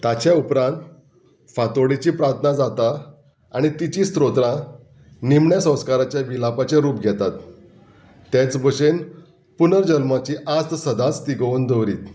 ताचे उपरांत फातोडेची प्रार्थना जाता आनी तिची स्त्रोत्रां निमण्या संस्काराच्या विलापाचे रूप घेतात तेच भशेन पुनर्जल्माची आज सदांच तिगोवन दवरीत